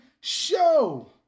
show